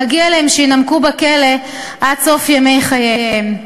מגיע להם שיינמקו בכלא עד סוף ימי חייהם.